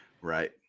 right